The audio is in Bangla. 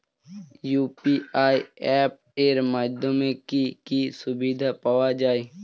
ইউ.পি.আই অ্যাপ এর মাধ্যমে কি কি সুবিধা পাওয়া যায়?